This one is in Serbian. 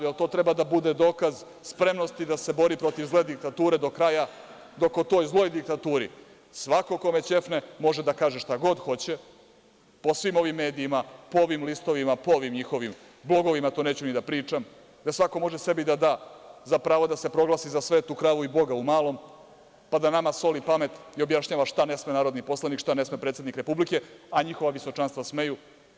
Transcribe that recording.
Da li to treba da bude dokaz spremnosti da se bori protiv zle diktature do kraja, dok o toj zloj diktaturi svako kome ćefne da kaže šta god hoće po svim ovim medijima, po ovim listovima, po ovim njihovim blogovima, to neću ni da pričam, da svako može sebi da da za pravo da može da se proglasi za „svetu kravu“ i „Boga u malom“ pa da nama soli pamet i objašnjava šta ne sme narodni poslanik, šta ne sme predsednik Republike, a njihova visočanstva smeju.